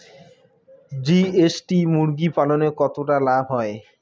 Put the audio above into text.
GST মুরগি পালনে কতটা লাভ হয়?